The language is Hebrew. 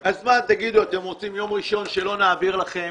תגידו, אתם רוצים שביום ראשון לא נעביר לכם